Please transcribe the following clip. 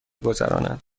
گذراند